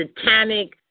satanic